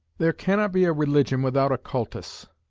there cannot be a religion without a cultus.